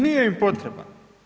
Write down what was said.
Nije im potreban.